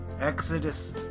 Exodus